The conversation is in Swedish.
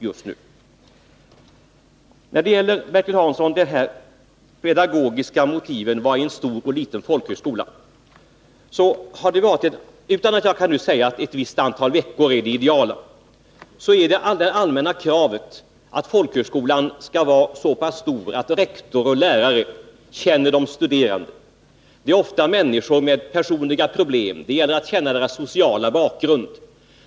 Det allmänna kravet, Bertil Hansson, är att folkhögskolans storlek skall vara sådan att rektor och lärare känner de studerande. Dessa har ofta personliga problem. Det gäller att känna deras sociala bakgrund.